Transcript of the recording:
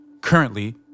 Currently